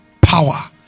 power